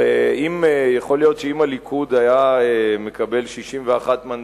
הרי יכול להיות שאם הליכוד היה מקבל 61 מנדטים,